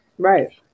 Right